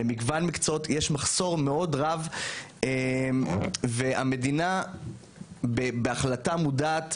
יש מחסור רב והמדינה בהחלטה מודעת,